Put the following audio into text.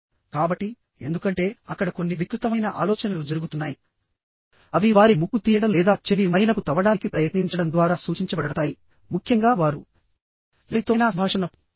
కాబట్టి ఎందుకంటే అక్కడ కొన్ని వికృతమైన ఆలోచనలు జరుగుతున్నాయిఅవి వారి ముక్కు తీయడం లేదా చెవి మైనపు తవ్వడానికి ప్రయత్నించడం ద్వారా సూచించబడతాయిముఖ్యంగా వారు ఎవరితోనైనా సంభాషిస్తున్నప్పుడు